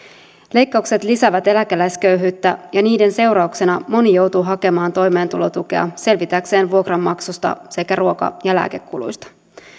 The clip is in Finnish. leikkaukset lisäävät eläkeläisköyhyyttä ja niiden seurauksena moni joutuu hakemaan toimeentulotukea selvitäkseen vuokranmaksusta sekä ruoka ja lääkekuluista